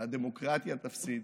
והדמוקרטיה תפסיד,